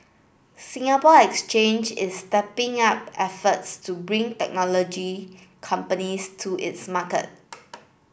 Singapore Exchange is stepping up efforts to bring technology companies to its market